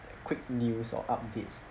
quick news or updates